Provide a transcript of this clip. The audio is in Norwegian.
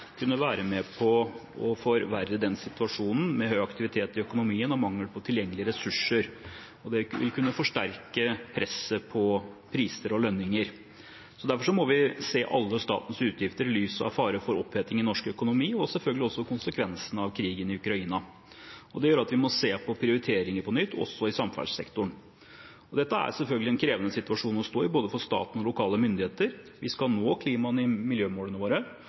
kunne være med på å forverre den situasjonen med høy aktivitet i økonomien og mangel på tilgjengelige ressurser, og det vil kunne forsterke presset på priser og lønninger. Derfor må vi se alle statens utgifter i lys av fare for oppheting i norsk økonomi – og selvfølgelig også konsekvensene av krigen i Ukraina. Det gjør at vi må se på prioriteringer på nytt, også i samferdselssektoren. Dette er selvfølgelig en krevende situasjon å stå i både for staten og for lokale myndigheter. Vi skal nå klima- og miljømålene våre